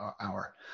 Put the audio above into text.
hour